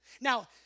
Now